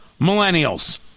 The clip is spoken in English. millennials